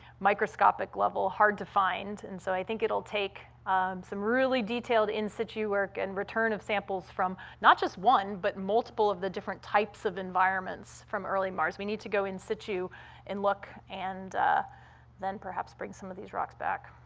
microscopic-level, hard to find, and so i think it'll take some really detailed in situ work and return of samples from not just one but multiple of the different types of environments from early mars. we need to go in situ and look and then perhaps bring some of these rocks back.